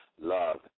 love